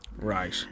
Right